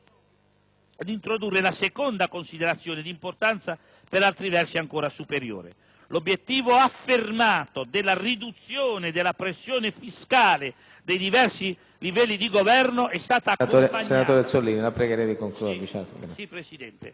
L'obiettivo affermato della riduzione della pressione fiscale dei diversi livelli di governo è stato accompagnato